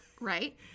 Right